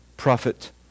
prophet